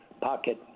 pocket